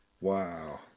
Wow